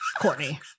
Courtney